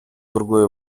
другое